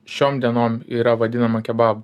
šiom dienom yra vadinama kebabu